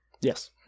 Yes